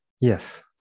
Yes